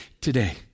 today